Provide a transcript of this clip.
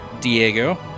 Diego